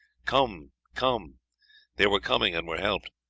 come, come they were coming and were helped.